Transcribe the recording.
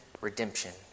redemption